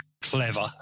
clever